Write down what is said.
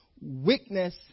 witness